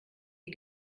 die